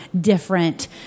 different